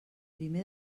primer